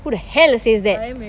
who the hell says that